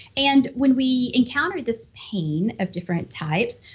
and when we encounter this pain of different types,